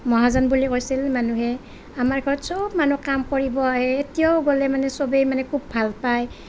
মহাজন বুলি কৈছিল মানুহে আমাৰ ঘৰত চব মানুহ কাম কৰিব আহে এতিয়াও গ'লে মানে চবেই মানে খুব ভাল পায়